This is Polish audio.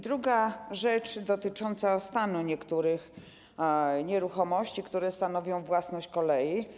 Druga rzecz dotyczy stanu niektórych nieruchomości, które stanowią własność kolei.